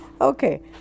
okay